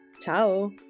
Ciao